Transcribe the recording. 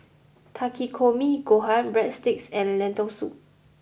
Takikomi Gohan Breadsticks and Lentil Soup